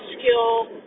skill